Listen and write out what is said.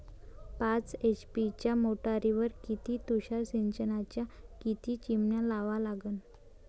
पाच एच.पी च्या मोटारीवर किती तुषार सिंचनाच्या किती चिमन्या लावा लागन?